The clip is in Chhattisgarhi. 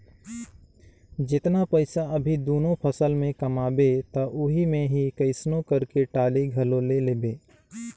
जेतना पइसा अभी दूनो फसल में कमाबे त ओही मे ही कइसनो करके टाली घलो ले लेबे